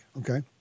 okay